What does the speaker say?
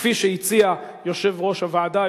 כפי שהציע יושב-ראש הוועדה,